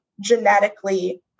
genetically